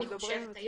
אני חושבת,